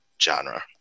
genre